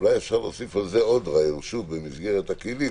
עבור המסעדנים, להוריד מ-100,